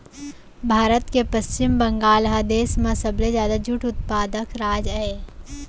भारत के पस्चिम बंगाल ह देस म सबले जादा जूट उत्पादक राज अय